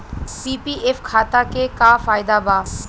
PPF खाता के का फायदा बा?